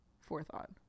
forethought